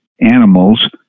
animals